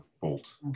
bolt